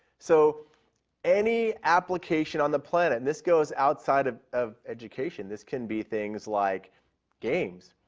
so any application on the planet, and this goes outside of of education. this can be things like games,